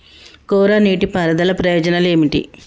కోరా నీటి పారుదల ప్రయోజనాలు ఏమిటి?